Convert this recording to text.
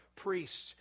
Priests